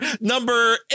number